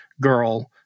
girl